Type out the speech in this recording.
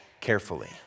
carefully